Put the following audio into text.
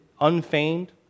Unfeigned